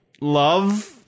love